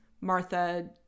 martha